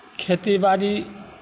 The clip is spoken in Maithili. खेतीबाड़ी